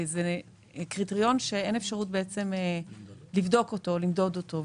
זה קריטריון שאין אפשרות לבדוק אותו, למדוד אותו.